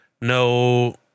No